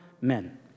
men